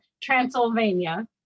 Transylvania